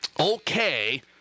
okay